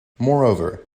moreover